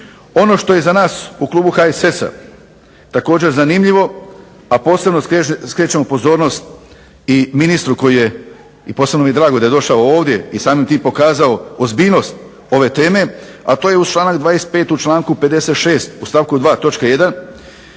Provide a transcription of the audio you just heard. Ono što je za nas u klubu HSS-a također zanimljivo, a posebno skrećemo pozornost i ministru koji je, posebno mi je drago da je došao ovdje i samim tim pokazao ozbiljnost ove teme, a to je uz članak 25. u članku 56. u stavku 2.